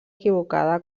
equivocada